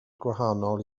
gwahanol